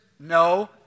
No